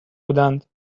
بودند